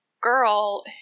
girl